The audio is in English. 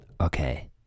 Okay